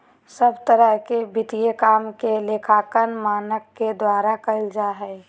सब तरह के वित्तीय काम के लेखांकन मानक के द्वारा करल जा हय